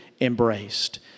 embraced